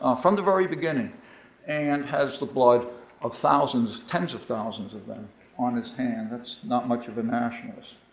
ah from the very beginning and has the blood of thousands, tens of thousands of them on his hands. that's not much of a nationalist.